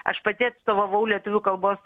aš pati atstovavau lietuvių kalbos